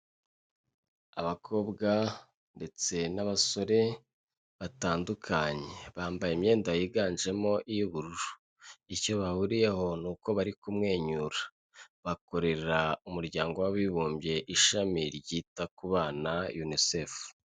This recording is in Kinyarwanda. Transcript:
Abakobwa ndetse n'abasore batandukanye bambaye imyenda yiganjemo iy'ubururu. Icyo bahuriyeho ni uko bari kumwenyura bakorera umuryango w'abibumbye ishami ryita ku bana unicef.